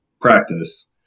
practice